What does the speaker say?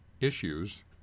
issues